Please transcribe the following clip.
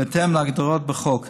בהתאם להגדרות בחוק.